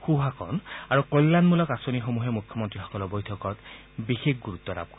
সু শাসন আৰু কল্যাণমূলক আঁচনিসমূহে মুখ্যমন্ত্ৰীসকলৰ বৈঠকত বিশেষ গুৰুত্ব লাভ কৰিব